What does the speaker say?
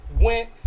went